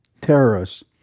terrorists